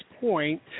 point